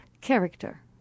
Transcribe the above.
character